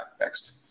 Next